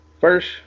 first